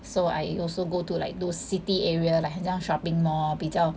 so I also go to like those city area like 很像 shopping mall 比较